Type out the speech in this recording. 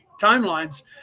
timelines